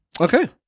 Okay